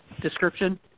description